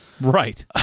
right